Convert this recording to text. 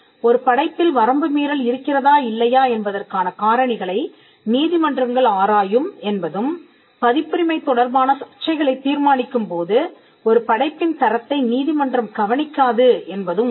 ஒரு படைப்பில் வரம்பு மீறல் இருக்கிறதா இல்லையா என்பதற்கான காரணிகளை நீதிமன்றங்கள் ஆராயும் என்பதும் பதிப்புரிமை தொடர்பான சர்ச்சைகளைத் தீர்மானிக்கும்போது ஒரு படைப்பின் தரத்தை நீதிமன்றம் கவனிக்காது என்பதும் உண்மை